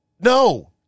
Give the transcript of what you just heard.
No